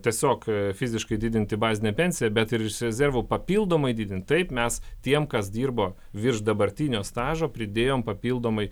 tiesiog fiziškai didinti bazinę pensiją bet ir iš rezervo papildomai didint taip mes tiem kas dirbo virš dabartinio stažo pridėjom papildomai